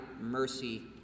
mercy